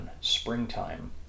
Springtime